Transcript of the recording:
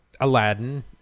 Aladdin